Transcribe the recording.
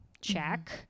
Check